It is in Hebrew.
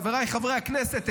חבריי חברי הכנסת,